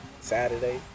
Saturday